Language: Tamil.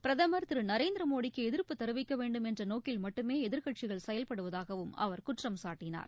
பிரதமர் திருநரேந்திரமோடிக்குஎதிர்ப்பு தெரிவிக்கவேண்டும் என்றநோக்கில் மட்டுமேஎதிர்க்கட்சிகள் செயல்படுவதாகவும் அவர் குற்றம் சாட்டினார்